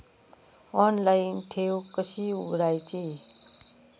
Online ठेव कशी उघडायची?